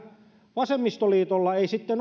vasemmistoliitolla ei sitten